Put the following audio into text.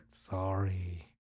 Sorry